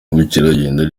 ubukerarugendo